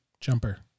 Jumper